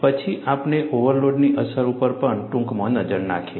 પછી આપણે ઓવરલોડની અસર ઉપર પણ ટૂંકમાં નજર નાખી